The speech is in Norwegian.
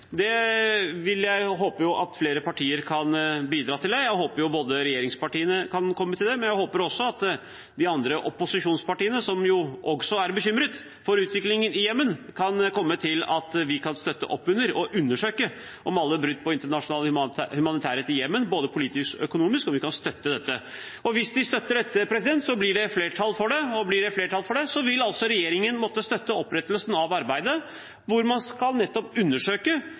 Det håper jeg at flere partier kan bidra til. Jeg håper at regjeringspartiene kan komme til det, men jeg håper også at de andre opposisjonspartiene, som jo også er bekymret for utviklingen i Jemen, kan komme til at de kan støtte opp under å undersøke alle brudd på internasjonal humanitærrett, både politisk og økonomisk. Hvis de støtter dette, blir det flertall for det, og blir det flertall for det, vil altså regjeringen måtte støtte opprettelsen av arbeidet hvor man nettopp skal undersøke